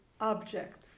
objects